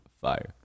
fire